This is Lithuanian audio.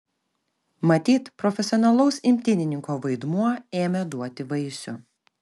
matyt profesionalaus imtynininko vaidmuo ėmė duoti vaisių